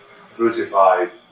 crucified